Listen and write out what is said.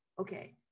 okay